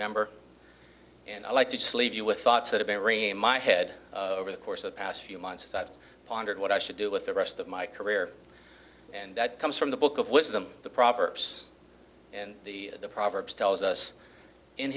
member and i'd like to just leave you with thoughts that have been renamed my head over the course of the past few months i've pondered what i should do with the rest of my career and that comes from the book of wisdom the proverbs and the proverbs tells us in